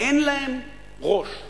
אין להן ראש,